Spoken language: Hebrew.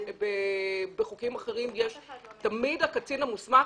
בחוקים אחרים כתוב הקצין המוסמך,